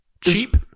cheap